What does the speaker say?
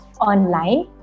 online